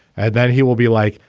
and then he will be like,